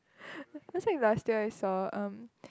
was it last year I saw um